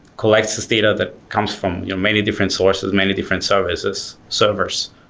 collects this data that comes from you know many different sources, many different services, servers,